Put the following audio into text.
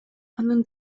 анын